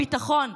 הביטחון,